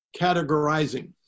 categorizing